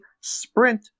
Sprint